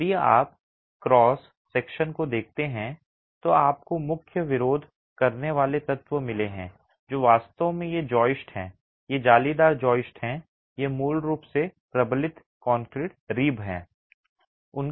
यदि आप cross section को देखते हैं तो आपको मुख्य विरोध करने वाले तत्व मिले हैं जो वास्तव में ये जोइस्ट हैं ये जालीदार जॉइस्ट हैं ये मूल रूप से प्रबलित कंक्रीट रिब हैं